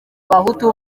bahutu